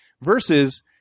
versus